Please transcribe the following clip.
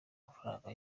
amafaranga